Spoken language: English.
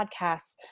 Podcasts